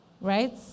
Right